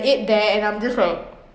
ate there and I'm just like